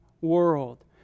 world